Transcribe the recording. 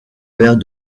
père